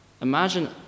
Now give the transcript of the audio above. Imagine